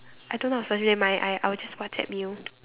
I don't know my I I will just WhatsApp you